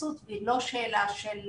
והתייחסות ולא שאלה של